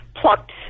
plucked